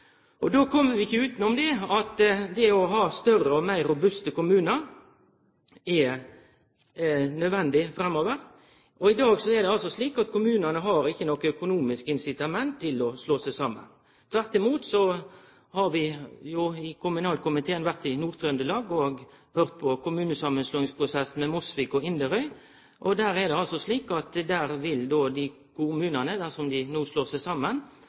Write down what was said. Då kjem vi ikkje utanom at det å ha større og meir robuste kommunar er nødvendig framover. I dag er det altså slik at kommunane ikkje har noko økonomisk incitament til å slå seg saman, tvert imot. Kommunalkomiteen har vore i Nord-Trøndelag og høyrt om kommunesamanslåingsprosessen mellom Mosvik og Inderøy. Dei to kommunane vil, dersom dei no slår seg saman, tape framtidige inntekter som utgjer ein noverdi på 145 mill. kr. Det er klart det ikkje er så veldig attraktivt å slå seg saman